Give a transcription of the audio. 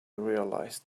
realized